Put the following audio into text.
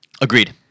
Agreed